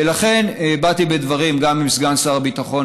ולכן באתי בדברים גם עם סגן שר הביטחון